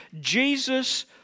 Jesus